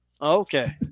Okay